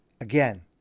Again